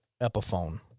Epiphone